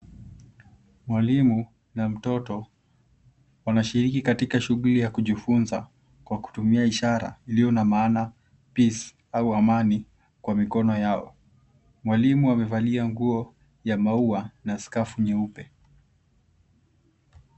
Mwalimu na mtoto wanashiriki katika shughuli ya kujifunza kwa kutumia ishara iliyo na maana peace au amani kwa mikono yao. Mwalimu amevalia nguo ya maua na skafu nyeupe.